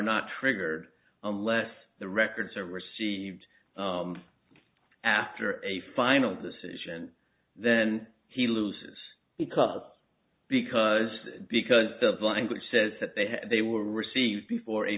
not triggered unless the records are received after a final decision then he loses because because because the language says that they have they will receive before a